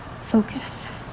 Focus